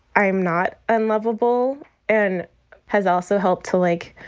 i'm not unlovable and has also helped to, like,